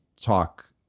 talk